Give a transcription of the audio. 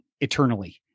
eternally